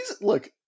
look